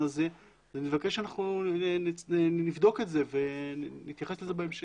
הזה ואני מבקש שנבדוק את זה ונתייחס לזה בהמשך.